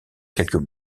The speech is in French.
quelques